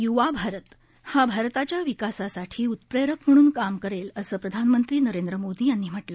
युवा भारत हा भारताच्या विकासासाठी उत्प्रेरक म्हणून काम करेल असं प्रधानमंत्री नरेंद्र मोदी म्हणाले